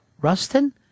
Rustin